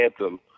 anthem